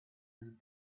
his